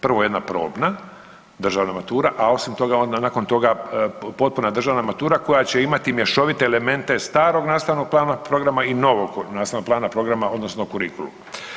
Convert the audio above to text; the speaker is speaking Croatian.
Prvo jedna probna državna matura, a osim toga onda nakon toga potpuna državna matura koja će imati mješovite elemente starog nastavnog plana programa i novog nastavnog plana i programa odnosno kurikuluma.